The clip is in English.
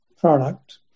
product